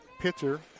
pitcher